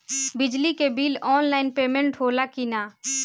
बिजली के bill online payment होला कि ना?